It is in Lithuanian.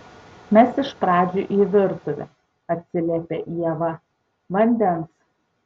mes iš pradžių į virtuvę atsiliepia ieva vandens